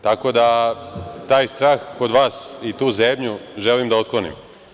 Tako da, taj strah kod vas i tu zebnju želim da otklonim.